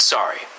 Sorry